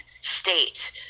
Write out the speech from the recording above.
state